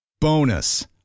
Bonus